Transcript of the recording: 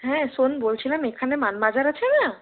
হ্যাঁ শোন বলছিলাম এখানে মান বাজার আছে না